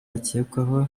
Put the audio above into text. akekwaho